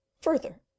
Further